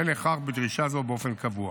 ואין הכרח בדרישה זו באופן קבוע.